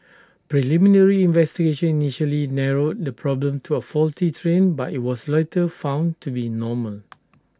preliminary investigation initially narrowed the problem to A faulty train but IT was later found to be normal